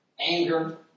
Anger